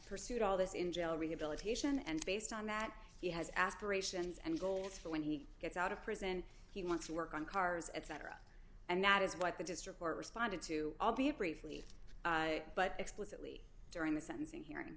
pursued all this in jail rehabilitation and based on that he has aspirations and goals for when he gets out of prison he wants to work on cars etc and that is what the just report responded to albeit briefly but explicitly during the sentencing hearing